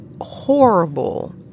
horrible